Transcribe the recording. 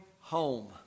home